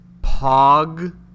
Pog